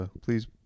please